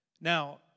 Now